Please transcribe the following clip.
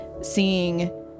seeing